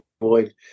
avoid